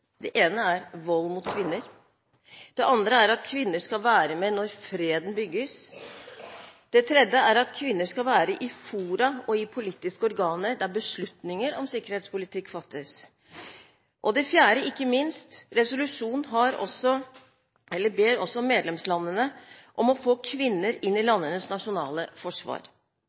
Det ene er vold mot kvinner. Det andre er at kvinner skal være med når freden bygges. Det tredje er at kvinner skal være i fora og i politiske organer der beslutninger om sikkerhetspolitikk fattes. Det fjerde, ikke minst – resolusjonen ber også medlemslandene om å få kvinner inn i landenes nasjonale forsvar,